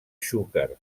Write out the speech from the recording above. xúquer